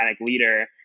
leader